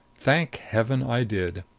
thank heaven, i did!